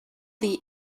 thee